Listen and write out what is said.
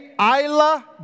Isla